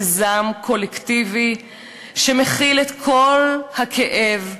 לזעם קולקטיבי שמכיל את כל הכאב,